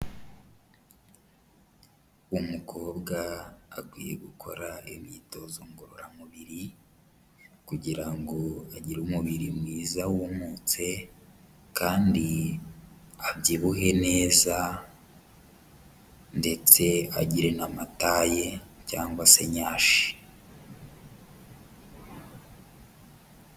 Umukobwa akwiye gukora imyitozo ngororamubiri kugira ngo agire umubiri mwiza wumutse kandi abyibuhe neza ndetse agire n'amataye cyangwa se nyashi.